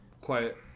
quiet